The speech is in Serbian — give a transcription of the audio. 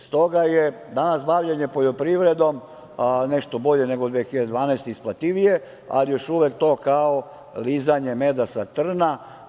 Stoga je danas bavljenje poljoprivredom nešto bolje nego 2012. godine, isplativije je, ali je još uvek to kao lizanje meda sa trna.